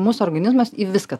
mūsų organizmas į viską